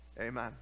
Amen